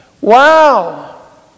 Wow